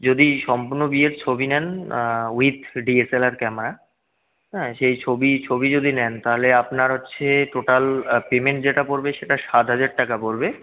যদি সম্পূর্ণ বিয়ের ছবি নেন with D S L R camera হ্যাঁ সেই ছবি ছবি যদি নেন তাহলে আপনার হচ্ছে টোটাল পেমেন্ট যেটা পড়বে সেটা সাত হাজার টাকা পড়বে